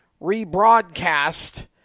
rebroadcast